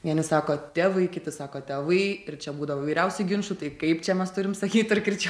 vieni sako tėvai kiti sako tėvai ir čia būdavo įvairiausių ginčų tai kaip čia mes turim sakyt ar kirčiuo